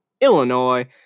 Illinois